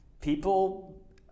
people